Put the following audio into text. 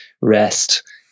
rest